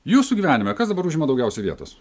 jūsų gyvenime kas dabar užima daugiausiai vietos